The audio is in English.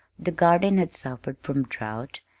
the garden had suffered from drought,